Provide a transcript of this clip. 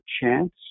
chance